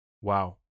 Wow